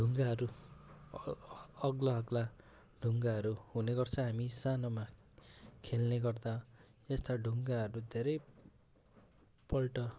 ढुङ्गाहरू अग्ला अग्ला ढुङ्गाहरू हुने गर्छ हामी सानोमा खेल्ने गर्दा यस्ता ढुङ्गाहरू धेरैपल्ट